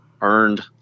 earned